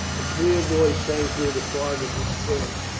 a clear voice rang through the fog of despair,